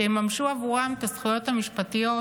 שיממשו עבורם את הזכויות המשפטיות